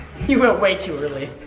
you went way too early.